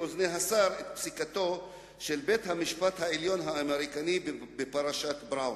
באוזני השר את פסיקתו של בית-המשפט העליון האמריקני בפרשת בראון.